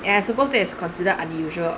and I suppose that is considered unusual